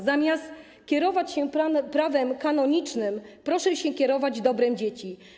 Zamiast kierować się prawem kanonicznym, proszę się kierować dobrem dzieci.